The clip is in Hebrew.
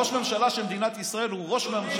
ראש הממשלה של מדינת ישראל הוא ראש הממשלה.